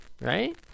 right